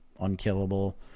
unkillable